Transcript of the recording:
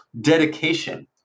Dedication